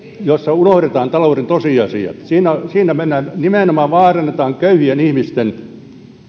jossa unohdetaan talouden tosiasiat siinä nimenomaan vaarannetaan köyhien ihmisten